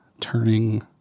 turning